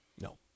No